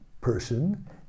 person